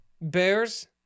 bears